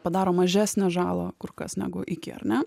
padaro mažesnę žalą kur kas negu iki ar ne